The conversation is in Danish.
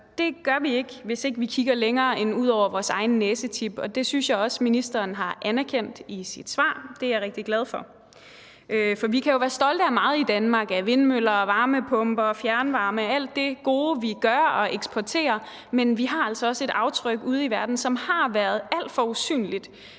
det gør vi ikke, hvis ikke vi kigger længere end ud over vores egen næsetip. Det synes jeg også ministeren har anerkendt i sit svar. Det er jeg rigtig glad for. For vi kan jo være stolte af meget i Danmark – af vindmøller, varmepumper, fjernvarme, alt det gode, vi gør og eksporterer. Men vi har altså også et aftryk ude i verden, som har været alt for usynligt,